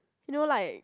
you know like